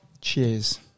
Cheers